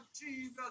Jesus